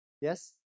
Yes